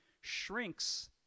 shrinks